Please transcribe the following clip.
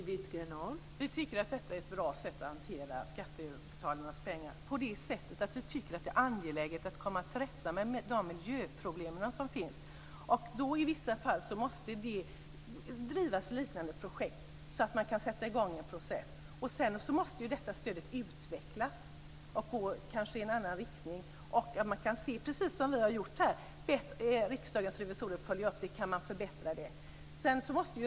Fru talman! Vi tycker att detta är ett bra sätt att hantera skattebetalarnas pengar på eftersom vi tycker att det är angeläget att komma till rätta med de miljöproblem som finns. I vissa fall måste det drivas liknande projekt så att man kan sätta i gång en process. Sedan måste det här stödet utvecklas och kanske gå i en annan riktning. Man måste se, precis som vi har gjort när vi har bett Riksdagens revisorer att följa upp det, om man kan förbättra det.